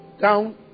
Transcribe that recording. down